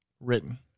written